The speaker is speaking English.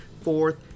fourth